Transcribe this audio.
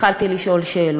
התחלתי לשאול שאלות,